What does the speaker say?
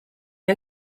une